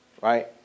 right